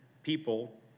people